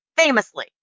Famously